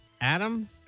Adam